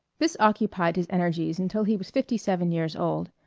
this occupied his energies until he was fifty-seven years old.